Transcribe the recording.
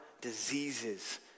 diseases